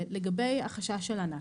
לגבי החשש של ענת,